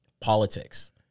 politics